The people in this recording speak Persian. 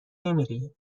نمیری